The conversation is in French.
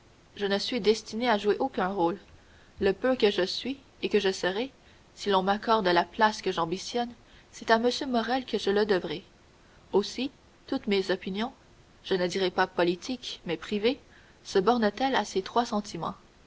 je ne suis destiné à jouer aucun rôle le peu que je suis et que je serai si l'on m'accorde la place que j'ambitionne c'est à m morrel que je le devrai aussi toutes mes opinions je ne dirai pas politiques mais privées se bornent elles à ces trois sentiments